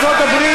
אני יודע בדיוק,